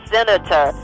Senator